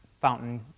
fountain